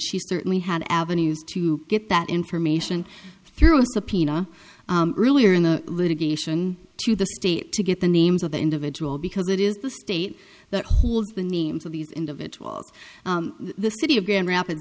she certainly had avenues to get that information through a subpoena earlier in the litigation to the state to get the names of the individual because it is the state that holds the names of these individuals the city of grand rapids